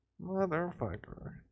Motherfucker